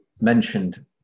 mentioned